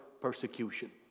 persecution